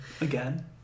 Again